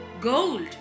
gold